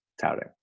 touting